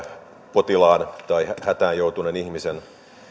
potilaan tai hätään joutuneen ihmisen